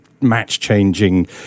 match-changing